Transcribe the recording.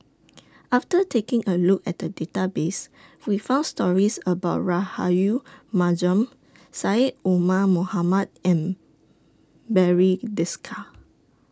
after taking A Look At The Database We found stories about Rahayu Mahzam Syed Omar Mohamed and Barry Desker